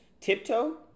Tiptoe